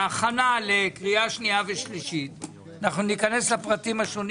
בהכנה לקריאה שנייה ושלישית אנחנו ניכנס לפרטים השונים